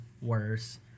worse